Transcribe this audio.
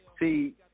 See